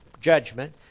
judgment